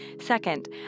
Second